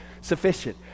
sufficient